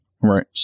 right